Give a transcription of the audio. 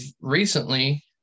recently